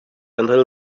until